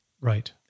Right